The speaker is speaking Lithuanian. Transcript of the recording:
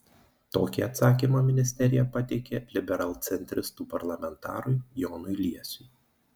tokį atsakymą ministerija pateikė liberalcentristų parlamentarui jonui liesiui